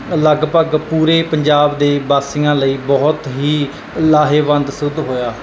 ਲਗਭਗ ਪੂਰੇ ਪੰਜਾਬ ਦੇ ਵਾਸੀਆਂ ਲਈ ਬਹੁਤ ਹੀ ਲਾਹੇਵੰਦ ਸਿੱਧ ਹੋਇਆ